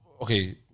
Okay